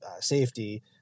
safety